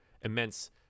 immense